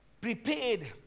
prepared